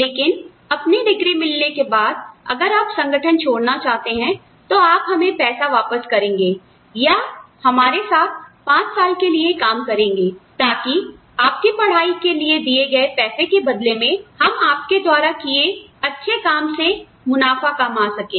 लेकिन अपनी डिग्री मिलने के बाद अगर आप संगठन छोड़ना चाहते हैं तो आप हमें पैसा वापस करेंगे या हमारे साथ 5 साल के लिए काम करेंगे ताकि आपकी पढ़ाई के लिए दिए गए पैसे के बदले में हम आपके द्वारा किए अच्छे काम से मुनाफ़ा कमा सके